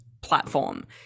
platform